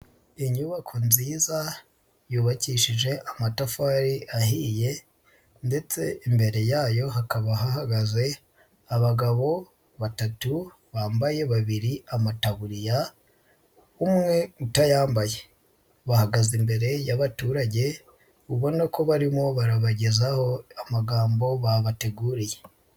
Inyubako nziza yubakishije amatafari ahiye ndetse imbere yayo hakaba hahagaze abagabo batatu bambaye babiri amataburiya umwe utayambaye, bahagaze imbere y'abaturage ubona ko barimo barabagezaho amagambo babateguriye.